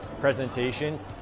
presentations